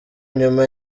nyuma